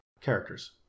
characters